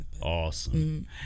Awesome